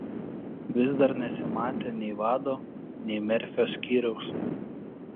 vis dar nesimatė nei vado nei merfio skyriaus